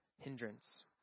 hindrance